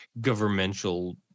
governmental